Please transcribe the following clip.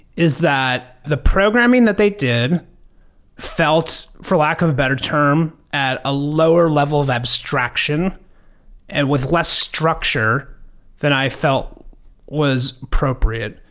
is that the programming that they did felt, for lack of a better term, at a lower level of abstraction and with less structure than i felt was appropriate.